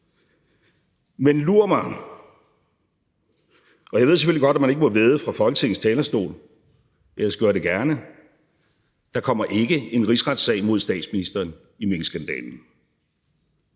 Men lur mig – og jeg ved selvfølgelig godt, at man ikke må vædde fra Folketingets talerstol, ellers gjorde jeg det gerne – der kommer ikke en rigsretssag mod statsministeren i minkskandalen.